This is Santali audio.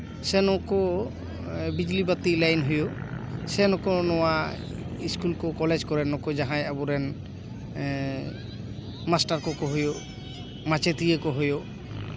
ᱥᱮ ᱱᱩᱠᱩ ᱵᱤᱡᱽᱞᱤ ᱵᱟᱹᱛᱤ ᱞᱟᱹᱭᱤᱱ ᱥᱮ ᱱᱩᱠᱩ ᱱᱚᱣᱟ ᱤᱥᱠᱩᱞ ᱠᱚ ᱠᱚᱞᱮᱡᱽ ᱠᱚᱨᱮᱱ ᱱᱩᱠᱩ ᱡᱟᱦᱟᱸᱭ ᱟᱵᱚ ᱨᱮᱱ ᱢᱟᱥᱴᱟᱨ ᱠᱚᱠᱚ ᱦᱩᱭᱩᱜ ᱢᱟᱪᱮᱫᱤᱭᱟᱹ ᱠᱚ ᱦᱩᱭᱩᱜ